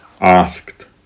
asked